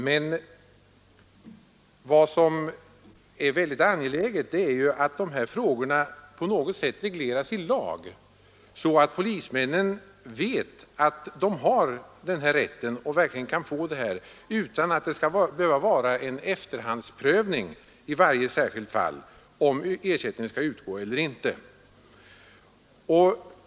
Men vad som är väldigt angeläget är att de här frågorna på något sätt regleras i lag, så att polismännen vet att de har den här rätten och verkligen kan få ersättning utan att det skall behöva vara en efterhandsprövning i varje särskilt fall av om ersättning skall utgå eller inte.